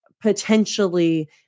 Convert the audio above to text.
potentially